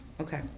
Okay